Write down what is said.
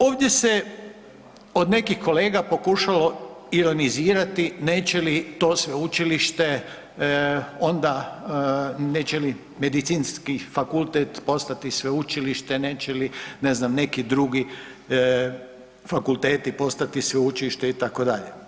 Ovdje se od nekih kolega pokušalo ironizirati neće li to sveučilište onda neće li Medicinski fakultet postati sveučilište, neće li ne znam neki drugi fakulteti postati sveučilište itd.